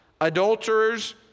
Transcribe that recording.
adulterers